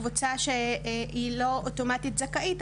הקבוצה שהיא לא אוטומטית זכאית,